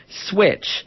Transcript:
switch